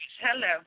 Hello